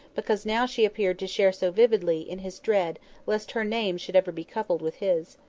because now she appeared to share so vividly in his dread lest her name should ever be coupled with his.